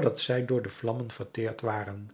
dat zij door de vlammen verteerd waren